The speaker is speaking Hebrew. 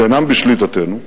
שאינם בשליטתנו.